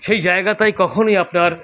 সেই জায়গাটায় কখনোই আপনার